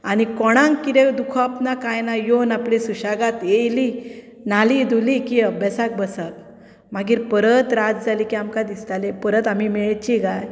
आनी कोणाक कितें दुखोवप ना कांय ना येवन आपलें सुशेगाद आयलीं न्हालीं धुलीं की अभ्यासाक बसप मागीर परत रात जाली काय आमकां दिसताले परत आमी मेळची गाय